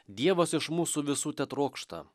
dievas iš mūsų visų tetrokšta